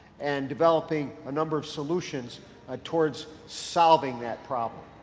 and, developing a number of solutions ah towards solving that problem.